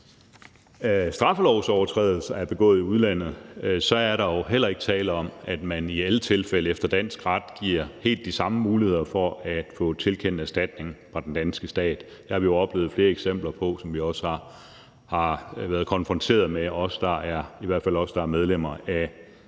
af straffelovsovertrædelser begået i udlandet er der jo heller ikke tale om, at man i alle tilfælde efter dansk ret giver helt de samme muligheder for at få tilkendt erstatning fra den danske stat. Det har vi jo oplevet flere eksempler på, som vi også er blevet konfronteret med, i hvert fald os, der er medlemmer af